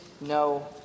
no